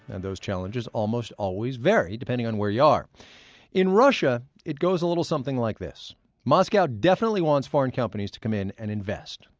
and those challenges almost always vary, depending on where you are in russia, it goes a little something like this moscow definitely wants foreign companies to come in and invest,